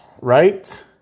right